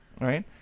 Right